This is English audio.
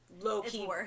low-key